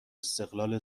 استقلال